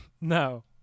No